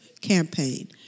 campaign